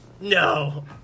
no